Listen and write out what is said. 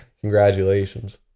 Congratulations